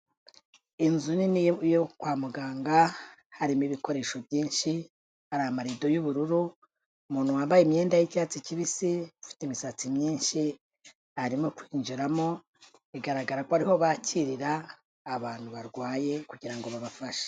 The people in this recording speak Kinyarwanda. Inzu nini yo kwa muganga, harimo ibikoresho byinshi, hari amarido y'ubururu, umuntu wambaye imyenda y'icyatsi kibisi, afite imisatsi myinshi arimo kwinjiramo, bigaragara ko ari ho bakirira abantu barwaye kugira ngo babafashe.